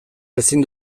ezin